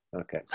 Okay